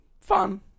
Fun